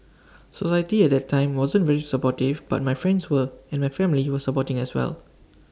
society at that time wasn't very supportive but my friends were and my family were supporting as well